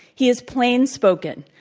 he is plainspoken.